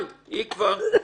כלומר,